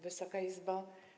Wysoka Izbo!